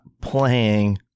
playing